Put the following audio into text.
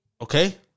okay